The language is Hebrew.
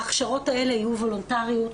ההכשרות האלה יהיו וולונטריות.